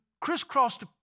crisscrossed